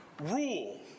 rule